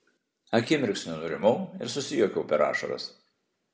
akimirksniu nurimau ir susijuokiau per ašaras